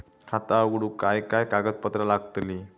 खाता उघडूक काय काय कागदपत्रा लागतली?